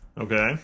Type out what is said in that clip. Okay